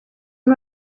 uyu